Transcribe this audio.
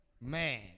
man